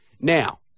Now